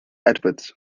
edwards